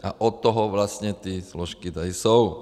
A od toho vlastně ty složky tady jsou.